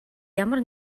ямар